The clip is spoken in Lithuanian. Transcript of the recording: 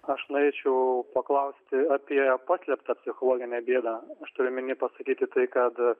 aš norėčiau paklausti apie paslėptą psichologinę bėdą aš turiu omeny pasakyti tai kad